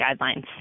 Guidelines